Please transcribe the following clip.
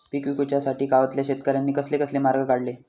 पीक विकुच्यासाठी गावातल्या शेतकऱ्यांनी कसले कसले मार्ग काढले?